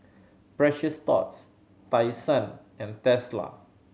Precious Thots Tai Sun and Tesla